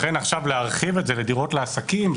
לכן עכשיו להרחיב את זה לדירות עסקים,